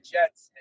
Jets